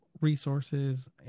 resources